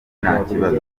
ntakibazo